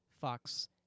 Fox